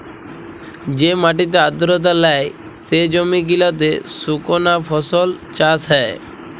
যে মাটিতে আদ্রতা লেই, সে জমি গিলাতে সুকনা ফসল চাষ হ্যয়